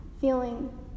feeling